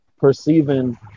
perceiving